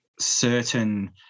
certain